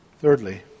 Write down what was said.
Thirdly